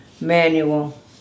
manual